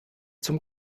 zum